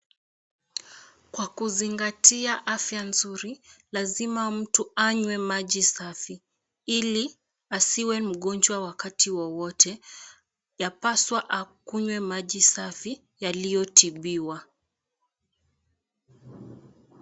Kwa kuzingatia afya nzuri lazima mtu anywe maji safi ili asiwe mgonjwa wakati wowote yapaswa akunywe maji safi yaliyo tibiwa.